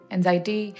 Anxiety